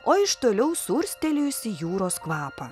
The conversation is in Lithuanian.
o iš toliau surstelėjusį jūros kvapą